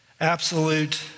absolute